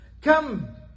Come